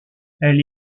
elle